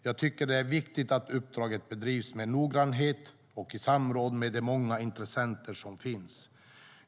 Jag tycker att det är viktigt att uppdraget bedrivs med noggrannhet och i samråd med de många intressenter som finns.